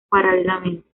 paralelamente